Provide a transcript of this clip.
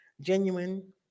genuine